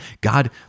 God